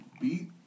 beat